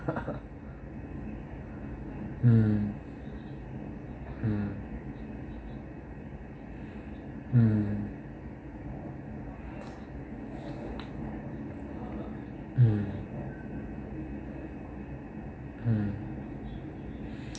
mm mm mm mm mm